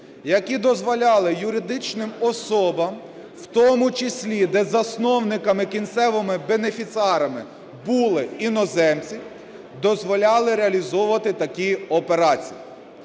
які дозволяли юридичним особам, в тому числі де засновниками, кінцевими бенефіціарами були іноземці, дозволяли реалізовувати такі операції.